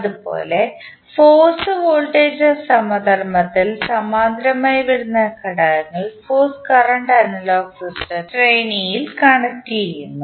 അതുപോലെ force voltage സമധർമത്തിൽ സമാന്തരമായി വരുന്ന ഘടകങ്ങൾ ഫോഴ്സ് കറണ്ട് അനലോഗ് സിസ്റ്റത്തിൽ ശ്രേണിയിൽ കണക്റ്റുചെയ്യുന്നു